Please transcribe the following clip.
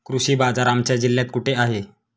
कृषी बाजार आमच्या जिल्ह्यात कुठे आहे?